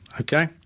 Okay